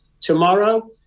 tomorrow